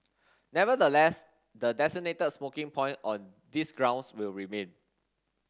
nevertheless the designated smoking point on these grounds will remain